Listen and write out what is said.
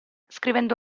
scrivendo